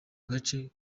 gace